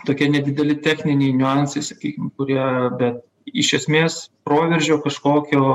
tokie nedideli techniniai niuansai sakykim kurie be iš esmės proveržio kažkokio